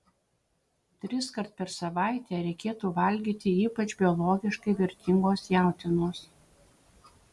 triskart per savaitę reikėtų valgyti ypač biologiškai vertingos jautienos